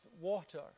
water